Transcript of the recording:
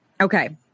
okay